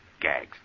Gags